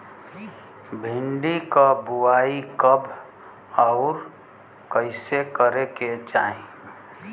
भिंडी क बुआई कब अउर कइसे करे के चाही?